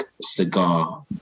cigar